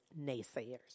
naysayers